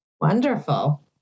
Wonderful